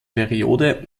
periode